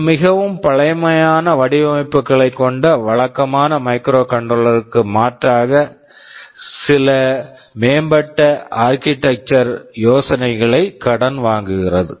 இது மிகவும் பழமையான வடிவமைப்புகளைக் கொண்ட வழக்கமான மைக்ரோகண்ட்ரோலர் microcontroller களுக்கு மாறாக சில மேம்பட்ட ஆர்க்கிடெக்சர் architecture யோசனைகளை கடன் வாங்குகிறது